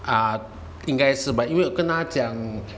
啊应该是 but 因为跟他讲